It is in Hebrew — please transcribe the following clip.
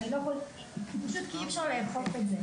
אני לא --- כי פשוט אי אפשר לאכוף את זה.